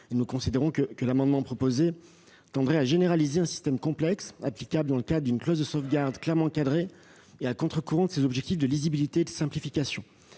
nous, ces amendements tendent à généraliser un système complexe, applicable dans le cadre d'une clause de sauvegarde clairement encadrée, et à contre-courant des objectifs de lisibilité et de simplification.